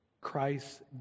Christ